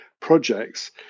projects